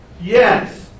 yes